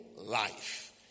life